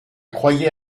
croyais